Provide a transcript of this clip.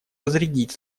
разрядить